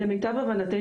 למיטב הבנתנו,